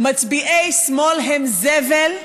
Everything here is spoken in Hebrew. כתוב שם: מצביעי שמאל הם זבל,